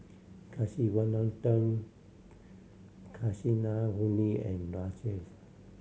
Kasiviswanathan Kasinadhuni and Rajesh